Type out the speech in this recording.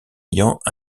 ayant